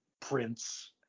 Prince